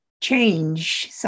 change